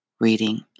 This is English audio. reading